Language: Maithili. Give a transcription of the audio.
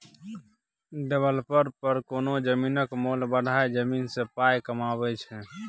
डेबलपर कोनो जमीनक मोल बढ़ाए जमीन सँ पाइ कमाबै छै